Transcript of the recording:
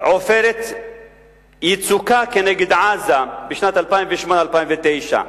"עופרת יצוקה" נגד עזה, בשנת 2009-2008,